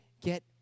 get